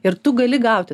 ir tu gali gauti